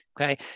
Okay